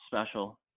special